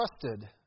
trusted